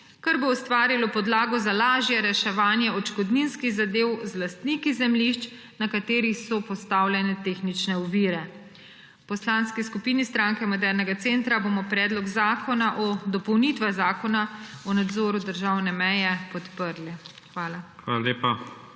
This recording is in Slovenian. kar bo ustvarilo podlago za lažje reševanje odškodninskih zadev z lastniki zemljišč, na katerih so postavljene tehnične ovire. V Poslanski skupini Stranke modernega centra bomo Predlog zakona o dopolnitvah Zakona o nadzoru državne meje podprli. Hvala.